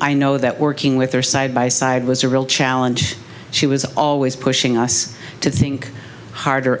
i know that working with her side by side was a real challenge she was always pushing us to think harder